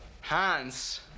Hans